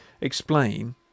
explain